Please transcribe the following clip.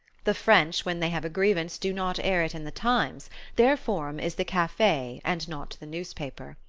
the french, when they have a grievance, do not air it in the times their forum is the cafe and not the newspaper.